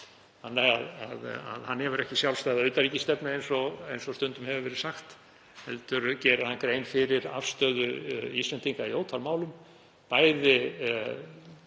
minni hluta. Hann hefur ekki sjálfstæða utanríkisstefnu eins og stundum hefur verið sagt heldur gerir hann grein fyrir afstöðu Íslendinga í ótal málum, bæði